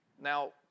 Now